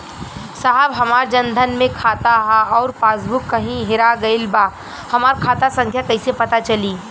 साहब हमार जन धन मे खाता ह अउर पास बुक कहीं हेरा गईल बा हमार खाता संख्या कईसे पता चली?